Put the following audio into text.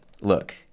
look